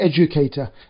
educator